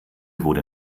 wurde